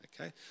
okay